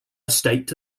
estate